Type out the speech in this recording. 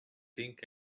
think